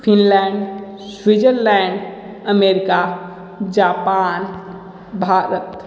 Finland Switzerland America Japan Bharat